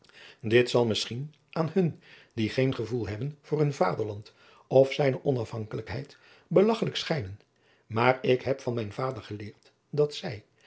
dit zal misschien aan hun die geen gevoel hebben voor hun vaderland of zijne onafhankelijkheid belagchelijk schijnen maar ik heb van mijn vader geleerd dat zij